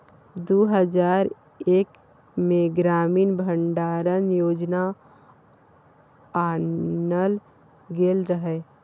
दु हजार एक मे ग्रामीण भंडारण योजना आनल गेल रहय